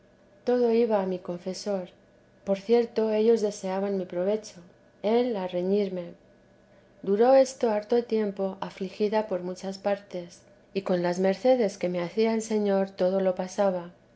todo iba a miconfesor por cierto ellos deseaban mi provecho él a reñirme duró esto harto tiempo afligida por muchas partes y con las mercedes que me hacía el señor todo lo pasaba